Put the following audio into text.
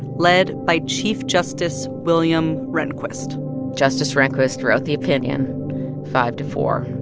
led by chief justice william rehnquist justice rehnquist wrote the opinion five to four,